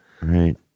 Right